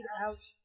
out